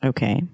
Okay